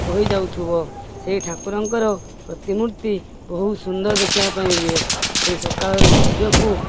ବୋହି ଯାଉଥିବ ସେଇ ଠାକୁରଙ୍କର ପ୍ରତିମୂର୍ତ୍ତି ବହୁତ ସୁନ୍ଦର ଦେଖିବା ପାଇଁ ହୁଏ ସେଇ ସକାଳର ସୂର୍ଯ୍ୟକୁ